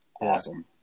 awesome